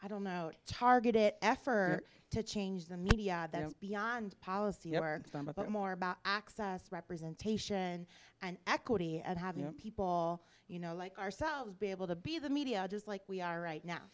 i don't know targeted effort to change the media beyond policy from about more about access representation and equity and have you know people you know like ourselves be able to be the media just like we are right now